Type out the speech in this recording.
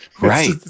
right